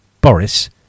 Boris